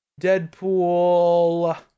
Deadpool